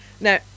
Now